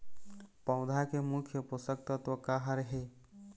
पौधा के मुख्य पोषकतत्व का हर हे?